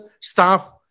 staff